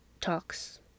talks